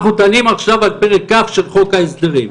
אנחנו דנים עכשיו על פרק כ' של חוק ההסדרים,